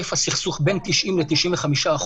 היקף הסכסוך בין 90% ל-95%,